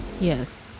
Yes